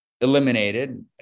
eliminated